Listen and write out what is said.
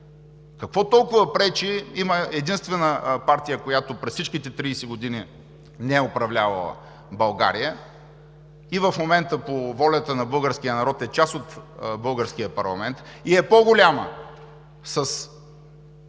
Какво толкова пречи? Има единствена партия, която през всичките 30 години не е управлявала България, и в момента, по волята на българския народ, е част от българския парламент. И е по-голяма със